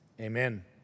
Amen